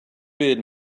bid